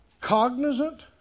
cognizant